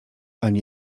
ani